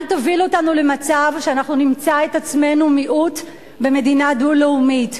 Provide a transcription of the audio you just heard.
אל תוביל אותנו למצב שאנחנו נמצא את עצמנו מיעוט במדינה דו-לאומית.